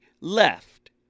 left